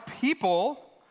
people